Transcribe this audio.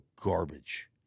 garbage